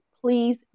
Please